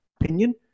opinion